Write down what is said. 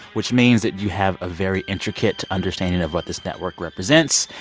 which means that you have a very intricate understanding of what this network represents.